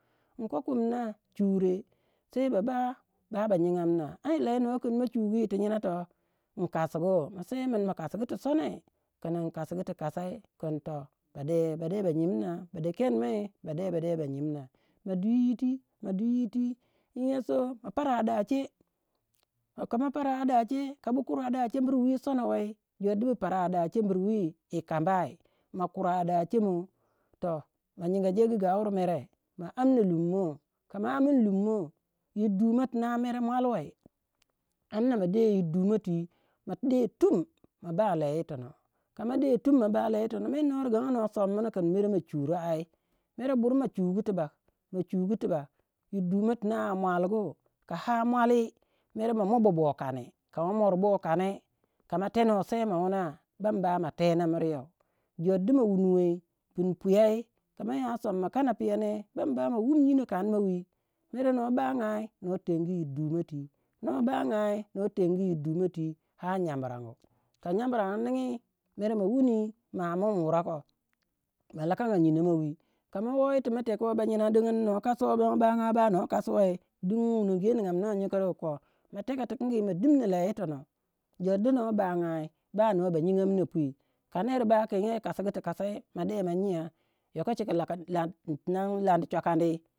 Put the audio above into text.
ing kou kum nah chure sei ba bau ba nyigamna ai lei nnou kin ma chugu gu yir ti nyina inkasugu ma se min inkasugu tisonoi kin inkasugu ti kosai kin toh ba de bade ba nyimna, ba de kenmai ba de ba nyimna, ma dwi yiti madwi yuti ka ma kweye ma para hadache ka ma pari hadache ka bu kuri hada cheburwi sono wei jor du bu para hadacheburwi yi kambai, ma kura hadachemo toh ma nyinga jegu gaure mere ma amna lumo ka ma amin lummo, yir dumou tina mer mwalwei amna de yir dumou twi ma de tum ma ba lei yitono kama de tum ma ba lei yitono mer noh riganga no somna kin mere ma churi ai mere bur ma chugu tubak ma chugu tubak yir duma tuna a mwalgu ka har mwali mer ma moh ba bolkane ka ma mori ba bolkane kama teno sei mo wuna bam bama tena miryo jor di ma wuniwe pun puyei ka ma ya somma kana piyou ne, bam ba ma wun nyino kanma wi mere noh bengai no ten gu yir dumoh twi noh begai noh tengu yir dumoh twi har nyambrangu. Ka nyambrangu ningi mere ma wuni ma amin wurey koh ma lakanga nyinoh ma wi ka ma woi tu ma tekwei banyina digin noh kasuwei noh banga wei- ba noh basuwei digin wunoginyou ningam noh nyikirk koh ma teka tikingi ma dimna lei yi tonoh jor du no bengai ba no ba nyingam na pui ka ner ba kin you kasigu ti kasai ma de ma nyiya. Yo ko chika lakad lad- tinan landi chuakandi.